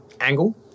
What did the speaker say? angle